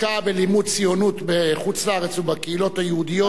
השקעה בלימוד ציונות בחוץ-לארץ ובקהילות היהודיות,